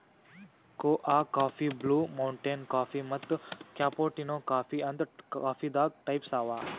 ಕೋಆ coffee, Blue Mountain coffee ಮತ್ತ್ cappuccino coffee ಅಂತ್ ಕಾಫೀದಾಗ್ ಟೈಪ್ಸ್ ಅವಾ